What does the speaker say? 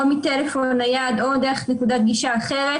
או מטלפון נייד או דרך נקודת גישה אחרת